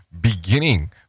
beginning